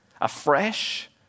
afresh